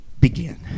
begin